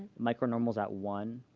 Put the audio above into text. micro normals at one